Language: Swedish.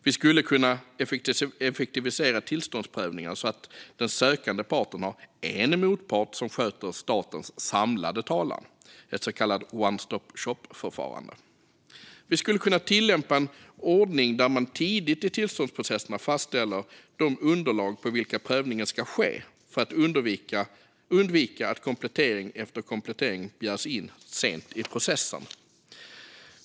Vi skulle kunna effektivisera tillståndsprövningarna, så att den sökande parten har en motpart som sköter statens samlade talan, ett så kallat one-stop shop-förfarande. Vi skulle kunna tillämpa en ordning där man tidigt i tillståndsprocessen fastställer de underlag på vilka prövningen ska ske för att undvika att komplettering efter komplettering begärs in sent i processen.